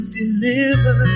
deliver